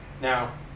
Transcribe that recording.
Now